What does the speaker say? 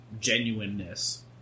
genuineness